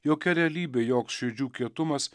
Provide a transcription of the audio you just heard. jokia realybė joks širdžių kietumas